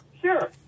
Sure